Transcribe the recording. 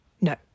no